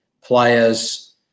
players